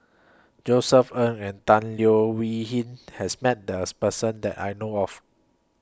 Josef Ng and Tan Leo Wee Hin has Met This Person that I know of